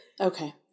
Okay